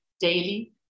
daily